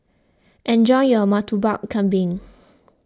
enjoy your Murtabak Kambing